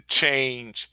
change